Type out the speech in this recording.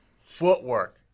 footwork